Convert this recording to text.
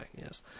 yes